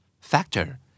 Factor